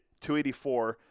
284